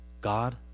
God